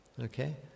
Okay